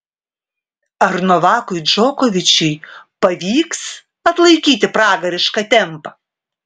ar novakui džokovičiui pavyks atlaikyti pragarišką tempą